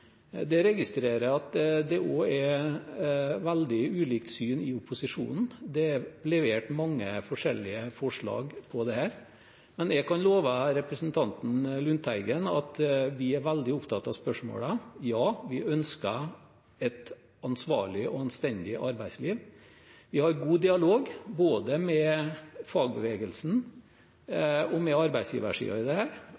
registrerer at det også er veldig ulikt syn i opposisjonen. Det er levert mange forskjellige forslag om dette. Jeg kan love representanten Lundteigen at vi er veldig opptatt av spørsmålet. Ja, vi ønsker et ansvarlig og anstendig arbeidsliv. Vi har en god dialog både med fagbevegelsen